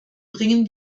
bringen